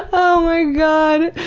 oh my god.